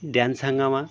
dance হাঙ্গামা